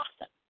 awesome